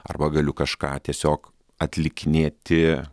arba galiu kažką tiesiog atlikinėti